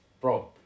Bro